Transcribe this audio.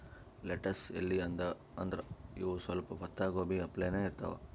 lettuce ಎಲಿ ಅಂದ್ರ ಇವ್ ಸ್ವಲ್ಪ್ ಪತ್ತಾಗೋಬಿ ಅಪ್ಲೆನೇ ಇರ್ತವ್